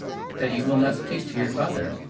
that you will not speak to your father?